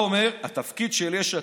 אתה אומר: התפקיד של יש עתיד,